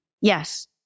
Yes